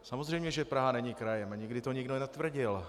Samozřejmě že Praha není krajem a nikdy to nikdo netvrdil.